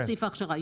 זה סעיף ההכשרה.